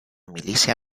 milícia